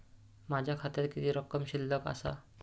माझ्या खात्यात किती रक्कम शिल्लक आसा?